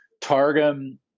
Targum